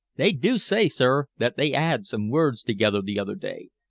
they do say, sir, that they ad some words together the other day,